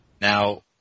Now